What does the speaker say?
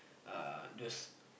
uh those